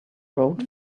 rode